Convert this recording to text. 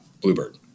Bluebird